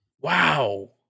Wow